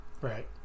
Right